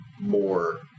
more